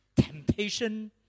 temptation